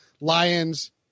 Lions